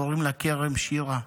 קוראים לה כרם שירה.